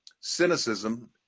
Cynicism